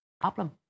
Problem